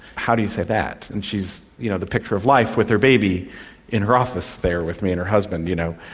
how do you say that? and she's you know the picture of life with her baby in the office there with me and her husband, you know,